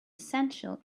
essential